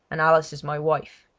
and alice is my wife.